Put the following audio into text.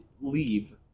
Leave